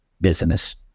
business